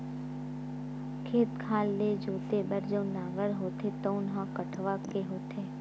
खेत खार ल जोते बर जउन नांगर होथे तउन ह कठवा के होथे